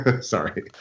sorry